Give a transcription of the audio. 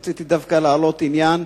רציתי דווקא להעלות עניין